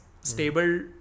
stable